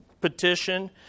petition